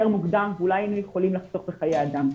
מוקדם ואולי היינו יכולים לחסוך בחיי אדם.